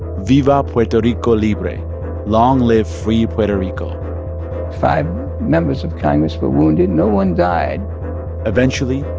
viva puerto rico libre long live free puerto rico five members of congress were wounded. no one died eventually,